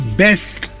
best